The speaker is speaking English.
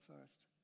first